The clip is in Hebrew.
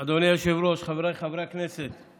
אדוני היושב-ראש, חבריי חברי הכנסת,